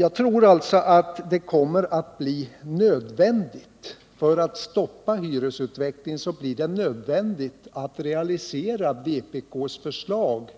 För att stoppa hyresutvecklingen tror jag att det kommer att bli nödvändigt att realisera vpk:s förslag